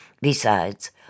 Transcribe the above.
Besides